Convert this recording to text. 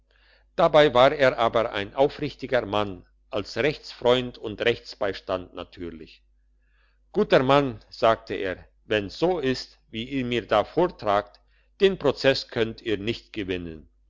dabei war er aber ein aufrichtiger mann als rechtsfreund und rechtsbeistand natürlich guter mann sagte er wenn's so ist wie ihr mir da vortragt den prozess könnt ihr nicht gewinnen